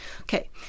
Okay